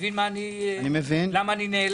אתה מבין למה אני נעלב?